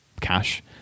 cash